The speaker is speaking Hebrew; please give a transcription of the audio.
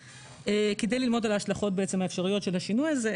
כדי ללמוד על ההשלכות האפשריות של השינוי הזה,